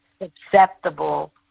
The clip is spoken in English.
acceptable